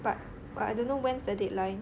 but I don't know when's the deadline